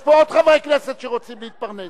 יש פה עוד חברי כנסת שרוצים להתפרנס.